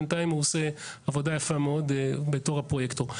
בינתיים הוא עושה עבודה יפה מאוד בתור הפרויקטור.